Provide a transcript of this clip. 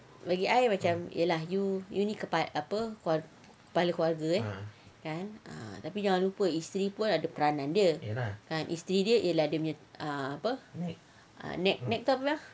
bagi I ye lah macam you you ni kepa~ apa kepala keluarga eh kan ah tapi jangan lupa isteri pun ada peranan dia kan isteri dia ialah dian punya neck neck tu apa bang